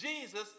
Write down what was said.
Jesus